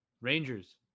Rangers